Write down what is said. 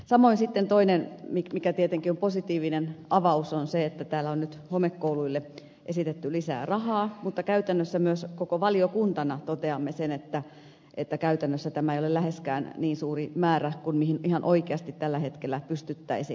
samoin sitten toinen mikä tietenkin on positiivinen avaus on se että täällä on nyt homekouluille esitetty lisää rahaa mutta käytännössä myös koko valiokuntana toteamme sen että käytännössä tämä ei ole läheskään niin suuri määrä kuin mihin ihan oikeasti tällä hetkellä pystyttäisiin